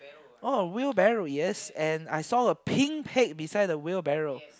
oh wheelbarrow yes and I saw a pink pig beside the wheelbarrow